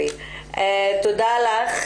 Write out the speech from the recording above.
תודה לך,